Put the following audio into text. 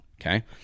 Okay